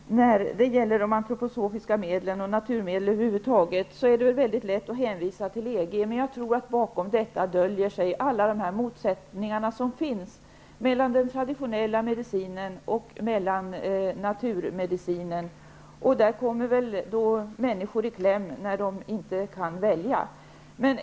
Herr talman! När det gäller antroposofiska medel och naturmedel över huvud taget är det mycket lätt att hänvisa till EG. Jag tror dock att bakom detta döljer sig alla de motsättningar som finns mellan den traditionella medicinen och naturmedicinen. Människor kommer i kläm när de inte kan välja.